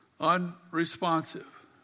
unresponsive